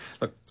Look